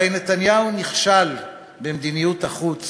הרי נתניהו נכשל במדיניות החוץ